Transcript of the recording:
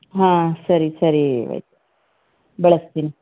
ಹಾಂ ಸರಿ ಸರಿ ವೈದ್ ಬಳಸ್ತೀನಿ